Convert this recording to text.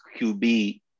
QB